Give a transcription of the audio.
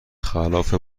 خلاف